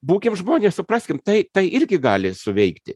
būkim žmonės supraskim tai tai irgi gali suveikti